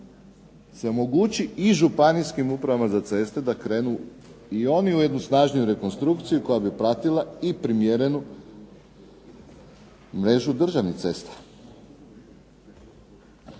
se omogući i županijskim upravama za ceste da krenu i oni u jednu snažniju rekonstrukciju koja bi pratila i primjerenu mrežu državnih cesta.